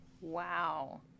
Wow